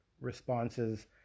responses